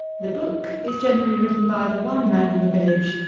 the book is generally written by the one man in the village,